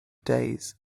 days